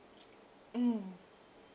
mm